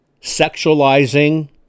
sexualizing